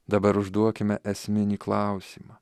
dabar užduokime esminį klausimą